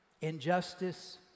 injustice